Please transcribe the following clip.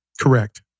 Correct